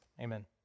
Amen